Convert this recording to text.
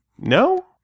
no